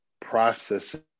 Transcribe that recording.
processing